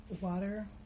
water